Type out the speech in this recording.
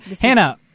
Hannah